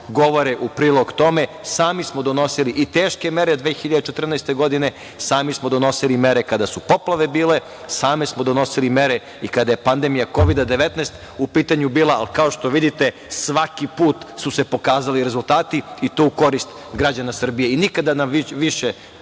govore u prilog tome. Sami smo donosili i teške mere 2014. godine. Sami smo donosili mere kada su poplave bile. Sami smo donosili mere i kada je pandemija Kovida-19 u pitanju bila, ali kao što vidite svaki put su se pokazali rezultati i to u korist građana Srbije. I nikada više,